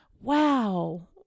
wow